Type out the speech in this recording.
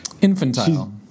infantile